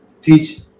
teach